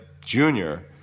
junior